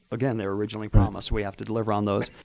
again, they were originally promised. we have to deliver on those.